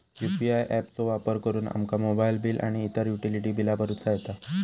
UPI app चो वापर करुन आमका मोबाईल बिल आणि इतर युटिलिटी बिला भरुचा येता